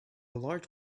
large